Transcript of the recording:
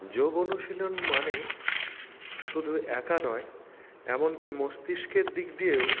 যোগ অনুশীলন মানে শুধু একা নয় এমনকি মস্তিষ্কের দিক দিয়েও